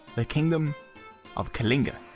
the kingdom of kalinga.